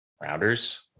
Rounders